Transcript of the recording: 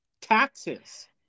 Taxes